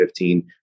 2015